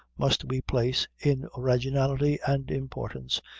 must we place, in originality and importance,